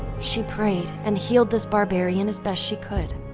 she prayed and healed this barbarian as best she could,